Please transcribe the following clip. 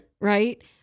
Right